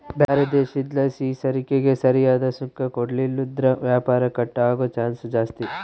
ಬ್ಯಾರೆ ದೇಶುದ್ಲಾಸಿಸರಕಿಗೆ ಸರಿಯಾದ್ ಸುಂಕ ಕೊಡ್ಲಿಲ್ಲುದ್ರ ವ್ಯಾಪಾರ ಕಟ್ ಆಗೋ ಚಾನ್ಸ್ ಜಾಸ್ತಿ